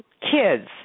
kids